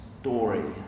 story